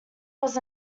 was